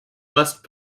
west